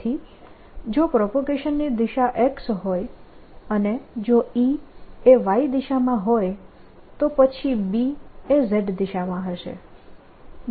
તેથી જો પ્રોપગેશનની દિશા X હોય અને જો E એ Y દિશામાં હોય તો પછી B એ Z દિશામાં હશે